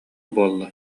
буолла